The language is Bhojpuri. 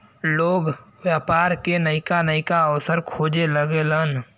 लोग व्यापार के नइका नइका अवसर खोजे लगेलन